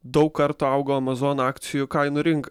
daug kartų augo amazon akcijų kainų rink